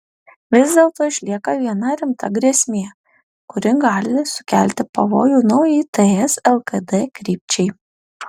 vis dėlto išlieka viena rimta grėsmė kuri gali sukelti pavojų naujai ts lkd krypčiai